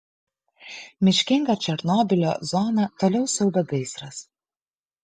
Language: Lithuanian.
miškingą černobylio zoną toliau siaubia gaisras